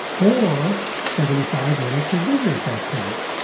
or seventy five minutes of vigorous activity,